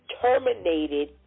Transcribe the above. terminated